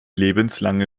lebenslange